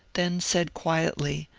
then said quietly,